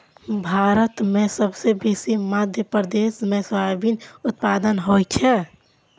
भारत मे सबसँ बेसी मध्य प्रदेश मे सोयाबीनक उत्पादन होइ छै